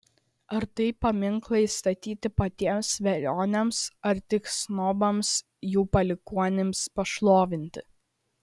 ar tai paminklai statyti patiems velioniams ar tik snobams jų palikuonims pašlovinti